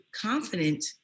confident